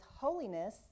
Holiness